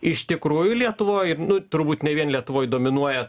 iš tikrųjų lietuvoj ir nu turbūt ne vien lietuvoj dominuoja